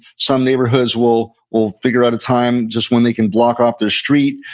some neighborhoods will will figure out a time just when they can block off their street,